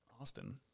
Austin